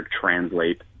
translate